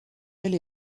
ailes